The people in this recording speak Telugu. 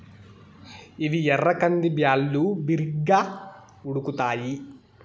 ఇవి ఎర్ర కంది బ్యాళ్ళు, బిరిగ్గా ఉడుకుతాయి